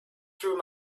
through